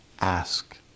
ask